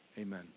amen